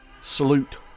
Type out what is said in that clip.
salute